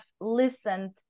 listened